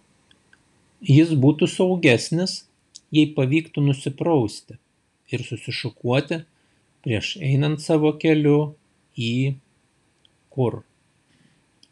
jis būtų saugesnis jei pavyktų nusiprausti ir susišukuoti prieš einant savo keliu į kur